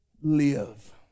live